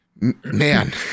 man